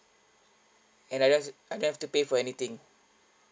and I just I don't have to pay for anything